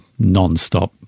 nonstop